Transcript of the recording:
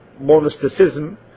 monasticism